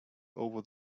over